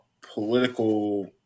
political